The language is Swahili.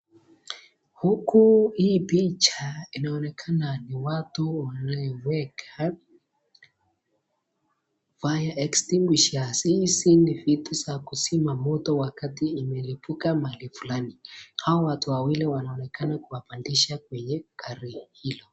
Huku hii picha inaonekana ni watu wanaoweka fire extinguishers hizi ni vitu za kuzima moto wakati imelipuka mahali fulani, hawa watu wawili wanaonekana kuwapandisha kwenye gari hilo.